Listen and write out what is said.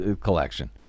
collection